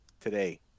today